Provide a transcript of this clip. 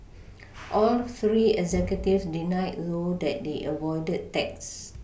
all three executives denied though that they avoided tax